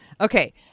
Okay